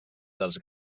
dels